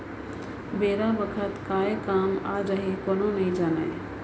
बेरा बखत काय काम आ जाही कोनो नइ जानय